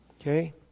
Okay